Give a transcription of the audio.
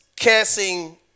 Cursing